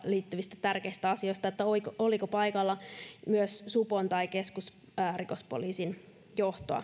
liittyvistä tärkeistä asioista että oliko oliko paikalla myös supon tai keskusrikospoliisin johtoa